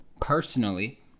Personally